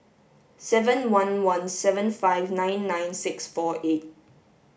seven one one seven five nine nine six four eight